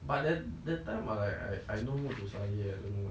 but then that time I I know what you say ya